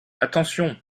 attention